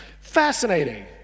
Fascinating